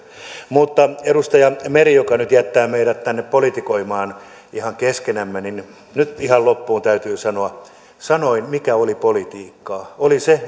edustaja meri joka nyt jättää meidät tänne politikoimaan ihan keskenämme nyt ihan loppuun täytyy sanoa sanoin mikä oli politiikkaa se oli se